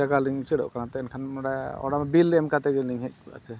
ᱡᱟᱜᱟᱞᱤᱧ ᱩᱪᱟᱹᱲᱚᱜ ᱠᱟᱱᱟ ᱚᱱᱟᱛᱮ ᱮᱱᱠᱷᱟᱱ ᱚᱸᱰᱮ ᱚᱱᱟ ᱮᱢ ᱠᱟᱛᱮᱫ ᱜᱮᱞᱤᱧ ᱦᱮᱡ ᱠᱚᱜᱼᱟ ᱪᱮ